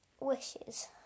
wishes